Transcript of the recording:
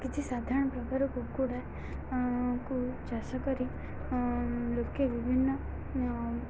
କିଛି ସାଧାରଣ ପ୍ରକାର କୁକୁଡ଼ା କୁ ଚାଷ କରି ଲୋକେ ବିଭିନ୍ନ